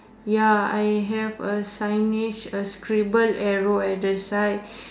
ya I have a signage a scribble arrow at the side